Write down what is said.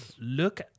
Look